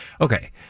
okay